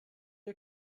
der